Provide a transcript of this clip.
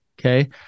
Okay